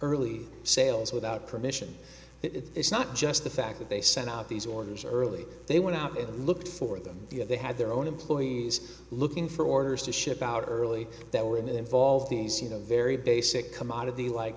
early sales without permission it's not just the fact that they sent out these orders early they went out and looked for them they had their own employees looking for orders to ship out early that would involve these you know very basic commodity like